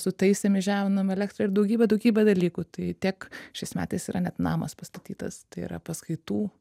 sutaisėm įžeminom elektrą ir daugybė daugybė dalykų tai tiek šiais metais yra net namas pastatytas tai yra paskaitų